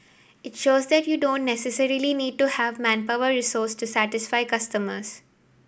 it shows that you don't necessarily need to have manpower resource to satisfy customers